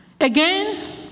Again